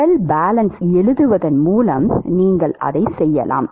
shell பேலன்ஸ்களை எழுதுவதன் மூலம் நீங்கள் அதைச் செய்யலாம்